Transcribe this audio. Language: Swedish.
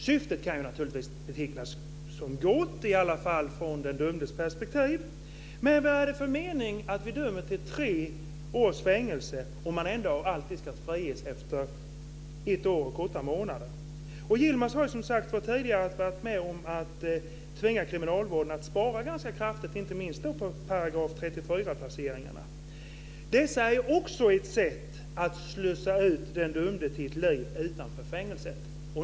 Syftet kan naturligtvis betecknas som gott, i alla fall ur den dömdes perspektiv. Men vad är det för mening med att döma till tre års fängelse om man ändå alltid ska friges efter ett år och åtta månader? Yilmaz har, som tidigare sagts, varit med om att tvinga kriminalvården att spara ganska kraftigt, inte minst när det gäller § 34-placeringarna, som också är ett sätt att slussa ut den dömde till ett liv utanför fängelset.